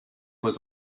was